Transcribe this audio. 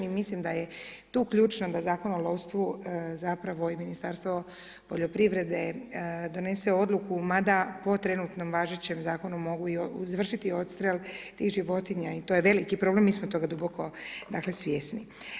I mislim da je tu ključno da Zakon o lovstvu, zapravo, i Ministarstvo poljoprivrede, donese Odluku, mada po trenutnom važećem Zakonu, mogu izvršiti i odstrel tih životinja, i to je veliki problem, mi smo toga duboko dakle svjesni.